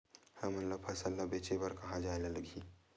हमन ला फसल ला बेचे बर कहां जाये ला लगही?